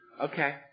Okay